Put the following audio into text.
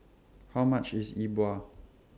How much IS Yi Bua